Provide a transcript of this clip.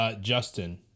Justin